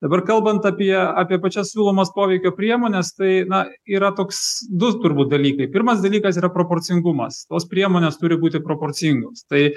dabar kalbant apie apie pačias siūlomas poveikio priemones tai na yra toks du turbūt dalykai pirmas dalykas yra proporcingumas tos priemonės turi būti proporcingos tai